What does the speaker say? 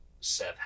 seth